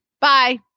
Bye